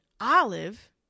olive